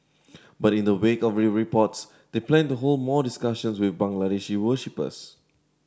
but in the wake of reports they plan to hold more discussions with Bangladeshi worshippers